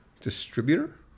Distributor